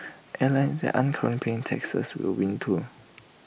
airlines that aren't currently paying taxes will win too